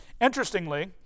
Interestingly